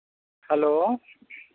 hello